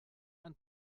ein